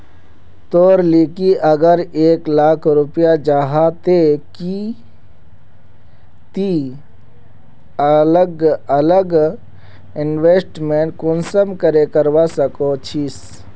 तोर लिकी अगर एक लाख रुपया जाहा ते ती अलग अलग इन्वेस्टमेंट कुंसम करे करवा चाहचिस?